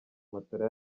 matora